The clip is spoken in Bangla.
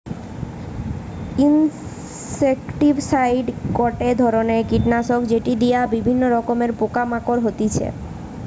ইনসেক্টিসাইড গটে ধরণের কীটনাশক যেটি দিয়া বিভিন্ন রকমের পোকা মারা হতিছে